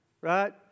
right